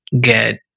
get